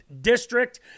District